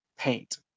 paint